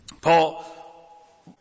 Paul